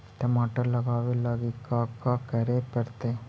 टमाटर लगावे लगी का का करये पड़तै?